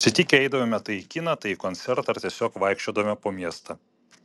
susitikę eidavome tai į kiną tai į koncertą ar tiesiog vaikščiodavome po miestą